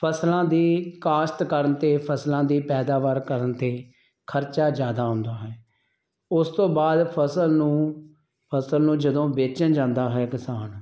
ਫਸਲਾਂ ਦੀ ਕਾਸ਼ਤ ਕਰਨ 'ਤੇ ਫਸਲਾਂ ਦੀ ਪੈਦਾਵਾਰ ਕਰਨ 'ਤੇ ਖਰਚਾ ਜ਼ਿਆਦਾ ਆਉਂਦਾ ਹੈ ਉਸ ਤੋਂ ਬਾਅਦ ਫਸਲ ਨੂੰ ਫਸਲ ਨੂੰ ਜਦੋਂ ਵੇਚਣ ਜਾਂਦਾ ਹੈ ਕਿਸਾਨ